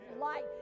light